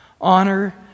honor